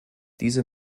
diese